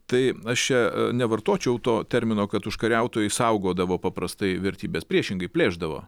tai aš čia nevartočiau to termino kad užkariautojai saugodavo paprastai vertybes priešingai plėšdavo